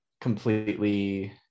completely